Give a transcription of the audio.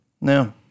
No